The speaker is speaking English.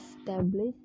establish